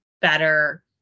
better